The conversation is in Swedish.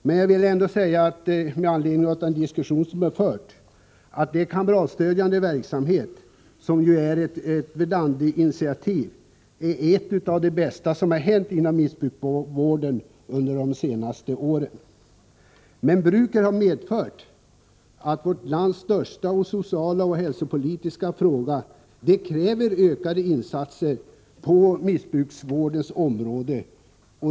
Men jag vill ändå säga, med anledning av den diskussion som förts, att den kamratstödjande verksamheten, som är ett Verdandiinitiativ, är något av det bästa som hänt inom missbrukarvården de senaste åren. Men bruket har blivit vårt lands största sociala och hälsopolitiska fråga, och det kräver ökade insatser på missbrukarvårdens område.